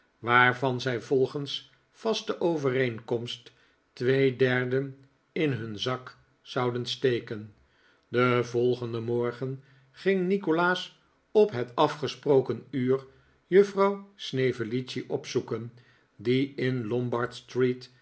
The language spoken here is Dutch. waarvan zij volgens vaste overeenkomst twee derden in hun zak zouden steken den volgenden morgen ging nikolaas op het afgesproken uur juffrouw snevellicci opzoeken die in